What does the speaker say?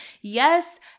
Yes